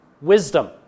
wisdom